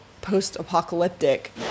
Post-apocalyptic